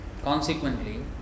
Consequently